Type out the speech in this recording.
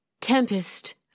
Tempest